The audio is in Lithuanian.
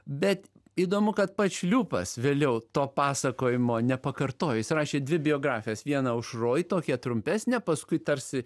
bet įdomu kad pats šliūpas vėliau to pasakojimo nepakartojo jis rašė dvi biografijas vieną aušroj tokią trumpesnę paskui tarsi